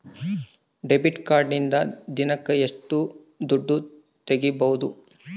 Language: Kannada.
ಡೆಬಿಟ್ ಕಾರ್ಡಿನಿಂದ ದಿನಕ್ಕ ಎಷ್ಟು ದುಡ್ಡು ತಗಿಬಹುದು?